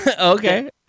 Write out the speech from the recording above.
Okay